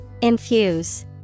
Infuse